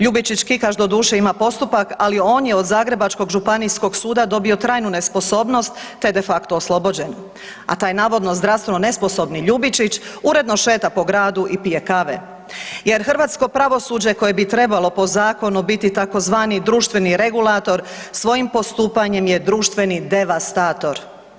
Ljubičić Kikaš ima doduše postupak ali on je od zagrebačkog Županijskog suda dobio trajnu nesposobnost te je de facto oslobođen, a taj navodno zdravstveno nesposobni Ljubičić uredno šeta po gradu i pije kave jer hrvatsko pravosuđe koje bi trebalo po zakonu biti tzv. društveni regulator svojim postupanjem je društveni devastator.